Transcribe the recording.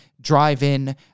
drive-in